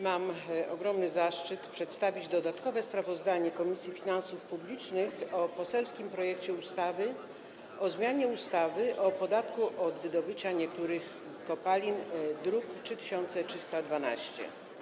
Mam ogromny zaszczyt przedstawić dodatkowe sprawozdanie Komisji Finansów Publicznych o poselskim projekcie ustawy o zmianie ustawy o podatku od wydobycia niektórych kopalin, druk nr 3312.